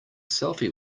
selfie